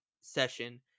session